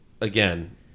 again